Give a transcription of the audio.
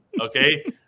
Okay